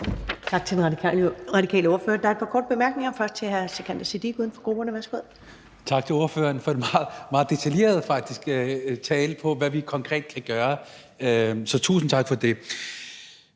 Tak til den radikale ordfører. Der er et par korte bemærkninger, først fra hr. Sikandar Siddique uden for grupperne. Værsgo. Kl. 14:28 Sikandar Siddique (UFG): Tak til ordføreren for en faktisk meget detaljeret tale om, hvad vi konkret kan gøre. Så tusind tak for det.